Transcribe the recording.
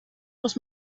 muss